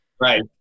Right